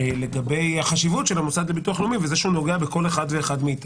לגבי החשיבות של המוסד לביטוח לאומי וזה שהוא נוגע בכל אחד מאתנו,